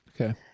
okay